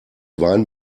wein